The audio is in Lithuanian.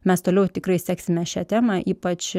mes toliau tikrai seksime šią temą ypač